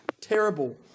Terrible